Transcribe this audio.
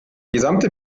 gesamte